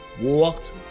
walked